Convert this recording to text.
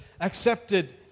accepted